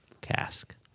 cask